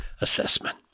assessment